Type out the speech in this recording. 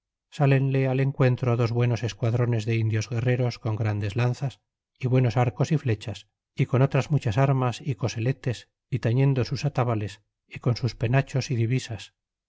salenle al encuentro dos buenos esquadrones de indios guerreros con grandes lanzas y buenos arcos y flechas y con otras muchas armas y coseletes y tañendo sus atabales y con sus penachos y divisas